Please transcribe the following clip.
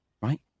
right